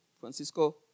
Francisco